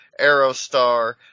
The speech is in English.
Aerostar